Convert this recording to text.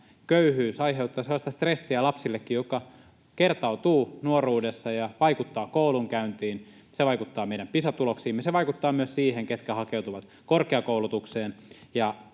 köyhyys aiheuttaa lapsillekin sellaista stressiä, joka kertautuu nuoruudessa ja vaikuttaa koulunkäyntiin, se vaikuttaa meidän Pisa-tuloksiimme, se vaikuttaa myös siihen, ketkä hakeutuvat korkeakoulutukseen.